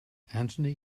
anthony